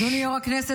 אדוני היושב-ראש,